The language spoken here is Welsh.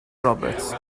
roberts